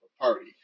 party